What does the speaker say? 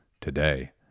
today